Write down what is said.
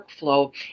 workflow